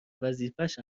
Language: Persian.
وظیفهش